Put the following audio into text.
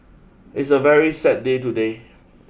it's a very sad day today